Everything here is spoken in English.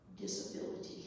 disability